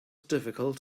difficult